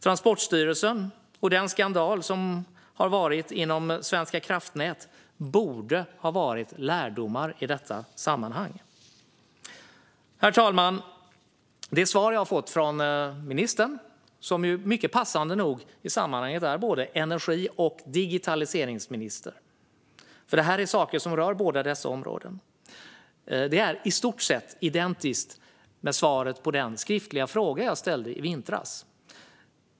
Transportstyrelsen och den skandal som har varit inom Svenska kraftnät borde ha varit lärdomar i detta sammanhang. Herr talman! Det svar jag har fått från ministern - som ju passande nog i sammanhanget är både energi och digitaliseringsminister, för det här är saker som rör båda dessa områden - är i stort sett identiskt med svaret på den skriftliga fråga jag ställde i vintras.